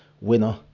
winner